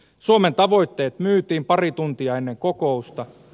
suomen tavoitteet myytiin pari tuntia ennen kokousta